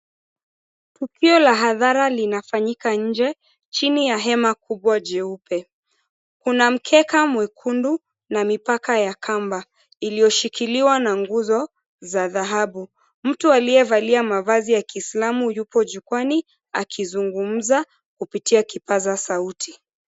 Tukio la hadhara linafanyika nje, chini ya hema kubwa, jeupe. Kuna mkeka mwekundu na mipaka ya kamba iliyoshikiliwa na nguzo za dhahabu. Mtu aliyevalia mavazi ya kiislamu yupo jukwaani akizungumza kupitia kipaza sauti.